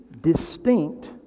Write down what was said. distinct